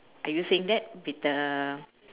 are you saying that with the